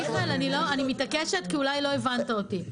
מיכאל, אני מתעקשת כי אולי לא הבנת אותי.